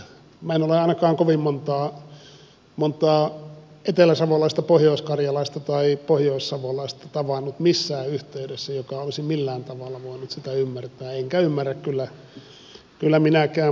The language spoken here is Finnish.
minä en ole ainakaan missään yhteydessä kovin montaa eteläsavolaista pohjoiskarjalaista tai pohjoissavolaista tavannut joka olisi millään tavalla voinut sitä ymmärtää enkä ymmärrä kyllä minäkään